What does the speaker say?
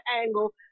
angle